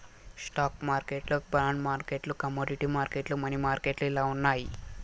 stock మార్కెట్లు bond మార్కెట్లు commodity మార్కెట్లు, మనీ మార్కెట్లు ఇలా ఉన్నాయి